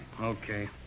Okay